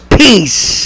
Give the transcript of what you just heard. peace